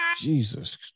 Jesus